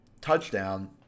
touchdown